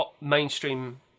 mainstream